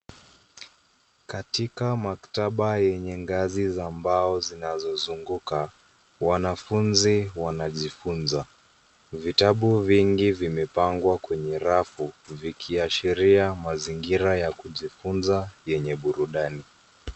Katika maktaba yenye ngazi za mbao zinazozunguka, wanafunzi wanajifunza. Vitabu vingi vimepangwa kwenye rafu vikiashiria mazingira ya kujifunza yenye burudani.